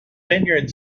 vineyard